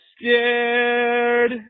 scared